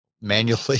manually